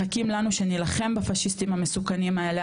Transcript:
מחכים לנו שנלחם בפשיסטים המסוכנים האלה,